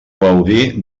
gaudir